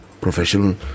professional